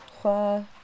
Trois